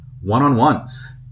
one-on-ones